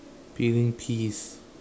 peeling peas